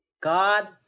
God